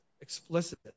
explicit